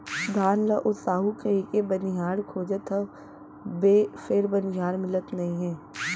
धान ल ओसाहू कहिके बनिहार खोजत हँव फेर बनिहार मिलत नइ हे